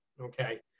okay